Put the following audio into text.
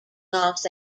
los